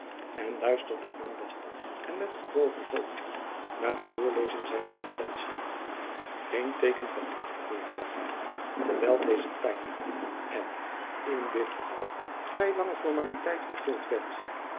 en luisterde aandachtig en met gebogen hoofde naar de voorlezing zijner sententie geen teeken van ongeduld gaf hy terwijl deze pijnlijke en in dit geval vrij lange formaliteit vervuld werd